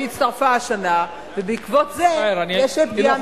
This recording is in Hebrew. שהצטרפה השנה ובעקבות זה יש פגיעה מסוימת?